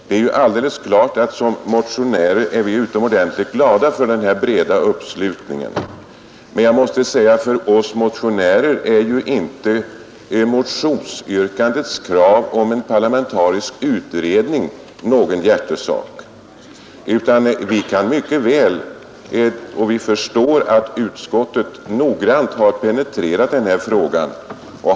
Det är ju alldeles klart att som motionärer är vi utomordentligt belåtna över den här breda uppslutningen, men för oss motionärer är inte motionsyrkandets krav om en parlamentarisk utredning någon hjärtesak. Vi förstår att utskottet noggrant har penetrerat denna fråga.